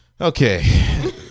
Okay